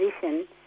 position